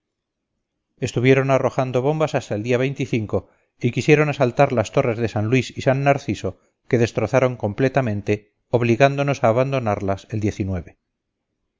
estuvieron arrojando bombas hasta el día y quisieron asaltar las torres de san luis y san narciso que destrozaron completamente obligándonos a abandonarlas el